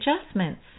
adjustments